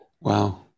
Wow